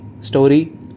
story